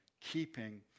keeping